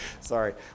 Sorry